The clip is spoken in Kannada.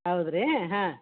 ಹೌದ್ ರೀ ಹಾಂ